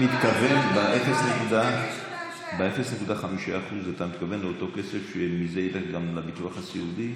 האם ב-0.5% אתה מתכוון לאותו כסף שמזה ילך גם לביטוח הסיעודי,